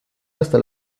hasta